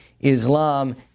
Islam